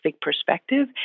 perspective